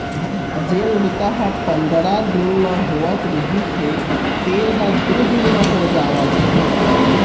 जेन बूता ह पंदरा दिन म होवत रिहिस हे तेन ह दू दिन म हो जावत हे